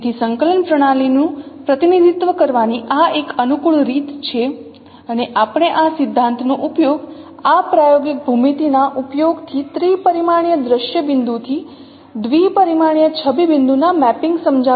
તેથી સંકલન પ્રણાલીનું પ્રતિનિધિત્વ કરવાની આ એક અનુકૂળ રીત છે અને આપણે આ સિધ્ધાંતનો ઉપયોગ આ પ્રાયોગિક ભૂમિતિના ઉપયોગથી ત્રિપરિમાણીય દ્રશ્ય બિંદુથી દ્વિપરિમાણીય છબી બિંદુના મેપિંગ સમજાવતી વખતે કરીશું